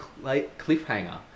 cliffhanger